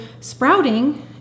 sprouting